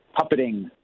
puppeting